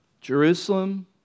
Jerusalem